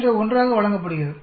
01 ஆக வழங்கப்படுகிறது